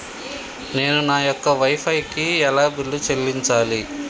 నేను నా యొక్క వై ఫై కి ఎలా బిల్లు చెల్లించాలి?